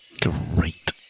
great